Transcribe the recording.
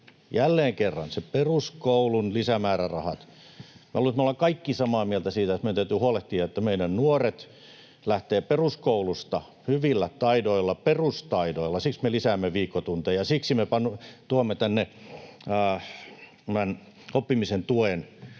Jälleen kerran ne peruskoulun lisämäärärahat — minä luulen, että me olemme kaikki samaa mieltä siitä, että meidän täytyy huolehtia, että meidän nuoret lähtevät peruskoulusta hyvillä taidoilla, perustaidoilla. Siksi me lisäämme viikkotunteja, siksi me tuomme tänne tämän oppimisen tuen